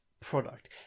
product